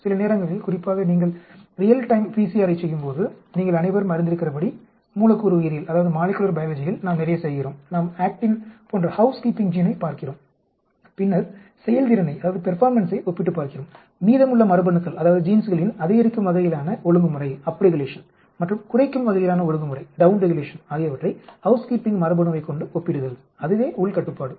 சில நேரங்களில் குறிப்பாக நீங்கள் ரியல் டைம் PCR யைச் செய்யும்போது நீங்கள் அனைவரும் அறிந்திருக்கிறபடி மூலக்கூறு உயிரியலில் நாம் நிறைய செய்கிறோம் நாம் ஆக்டின் போன்ற ஹவ்ஸ் கீப்பிங் ஜீனைப் பார்க்கிறோம் பின்னர் செயல்திறனை ஒப்பிட்டுப் பார்க்கிறோம் மீதமுள்ள மரபணுக்களின் அதிகரிக்கும் வகையிலான ஒழுங்குமுறை மற்றும் குறைக்கும் வகையிலான ஒழுங்குமுறை ஆகியவற்றை ஹவ்ஸ் கீப்பிங் மரபணுவைக் கொண்டு ஒப்பிடுதல் அதுவே உள் கட்டுப்பாடு